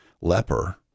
leper